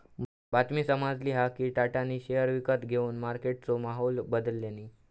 बातमी समाजली हा कि टाटानी शेयर विकत घेवन मार्केटचो माहोल बदलल्यांनी